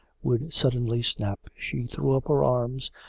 would suddenly snap, she threw up her arms,